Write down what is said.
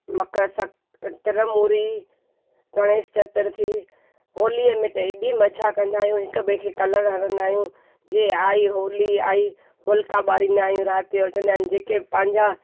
मकर सक तिर मूरी गणेश चतर्थी होलीअ में त एॾी मज़ा कंदायूं हिक ॿिए खे कलर हणंदा आहियूं जीअं आई होली आई होलिका ॿारींदा आहियूं राति जो चवंदा आहिनि जेके पंहिंजा